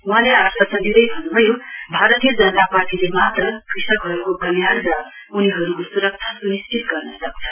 वहाँले आश्वासन दिँदै भन्न् भयो भारतीय जनता पार्टीले मात्र कृषकहरूको कल्याण र उनीहरूको स्रक्षा स्निश्चित गर्न सक्छ